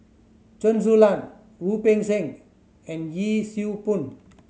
Chen Su Lan Wu Peng Seng and Yee Siew Pun